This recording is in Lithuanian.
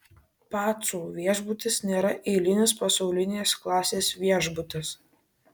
pacų viešbutis nėra eilinis pasaulinės klasės viešbutis